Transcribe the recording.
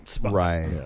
right